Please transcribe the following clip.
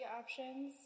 options